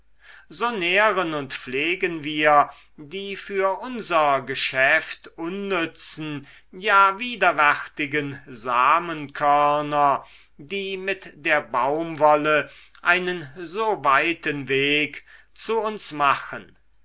so nähren und pflegen wir die für unser geschäfte unnützen ja widerwärtigen samenkörner die mit der baumwolle einen so weiten weg zu uns machen